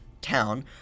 town